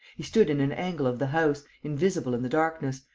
he stood in an angle of the house, invisible in the darkness,